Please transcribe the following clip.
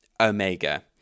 Omega